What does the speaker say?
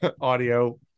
audio